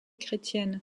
chrétiennes